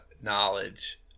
knowledge